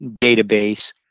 database